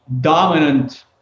dominant